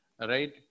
right